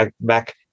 back